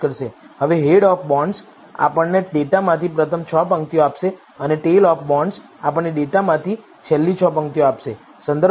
હવે head of બોન્ડ્સhead આપણને ડેટામાંથી પ્રથમ 6 પંક્તિઓ આપશે અને ટેઇલ ઓફ બોન્ડ્સtail આપણને ડેટામાંથી છેલ્લી 6 પંક્તિઓ આપશે